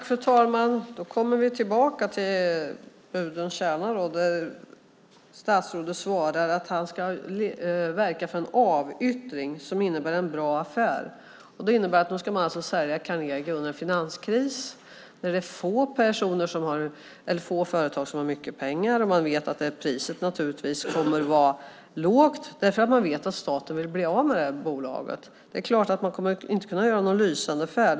Fru talman! Då kommer vi tillbaka till pudelns kärna när statsrådet svarar att han ska verka för en avyttring som innebär en bra affär. Det innebär alltså att man ska sälja Carnegie under en finanskris när det är få företag som har mycket pengar och priset naturligtvis kommer att vara lågt, därför att man vet att staten vill bli av med bolaget. Det är klart att man inte kommer att kunna göra någon lysande affär.